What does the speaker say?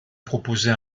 proposer